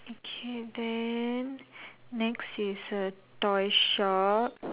okay then next is a toy shop